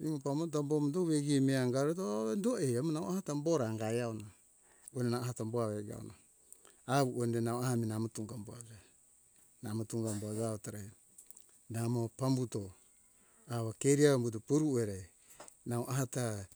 yu pambuto bomdovigi me hangavato awo doehe nau ata bora hangae eona bona ata boawe eona au wende nau aminami tungabora namo tungabora tore namo pambuto awo keri ambuto poruere nau ahata